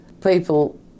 people